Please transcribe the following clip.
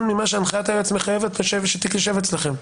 ממה שהנחיית היועץ מחייבת שהתיק יושב אצלכם.